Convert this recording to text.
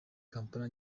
kampala